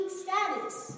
status